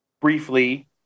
briefly